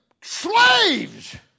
slaves